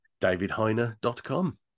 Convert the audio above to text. DavidHeiner.com